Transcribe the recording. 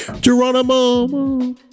Geronimo